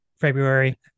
February